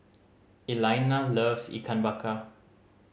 Elaina loves Ikan Bakar